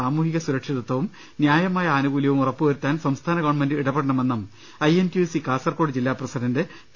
സാമൂഹിക സുരക്ഷിതത്വവും ന്യായമായ ആനുകൂല്യവും ഉറപ്പുവരുത്താൻ സംസ്ഥാന ഗവൺമെന്റ് ഇടപെടണമെന്നും I N T U C Kasaragod ജില്ലാ പ്രസിഡന്റ് പി